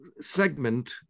segment